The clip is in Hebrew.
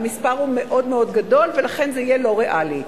המספר הוא מאוד גדול וזה יהיה לא ריאלי.